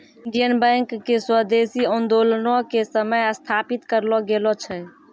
Indian Bank के स्वदेशी आन्दोलनो के समय स्थापित करलो गेलो छै